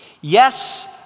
Yes